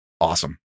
Awesome